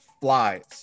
flies